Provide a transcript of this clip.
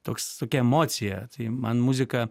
toks tokia emocija tai man muzika